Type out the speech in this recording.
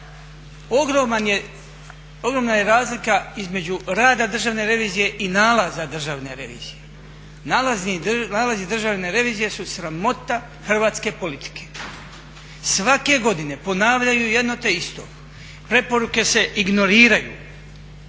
Ogromna je razlika između rada Državne revizije i nalaza Državne revizije. Nalazi Državne revizije su sramota hrvatske politike! Svake godine ponavljaju jedno te isto, preporuke se ignoriraju,